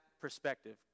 perspective